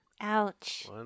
Ouch